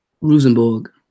Rosenborg